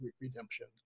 redemption